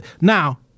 Now